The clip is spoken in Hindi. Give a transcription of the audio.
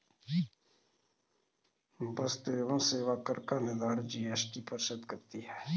वस्तु एवं सेवा कर का निर्धारण जीएसटी परिषद करती है